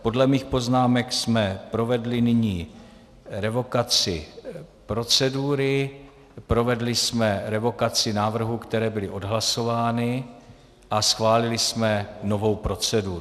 Podle mých poznámek jsme provedli nyní revokaci procedury, provedli jsme revokaci návrhů, které byly odhlasovány, a schválili jsme novou proceduru.